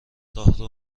راهرو